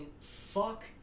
fuck